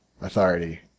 authority